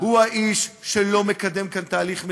הוא האיש שלא מקדם כאן תהליך מדיני,